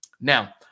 now